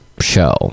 show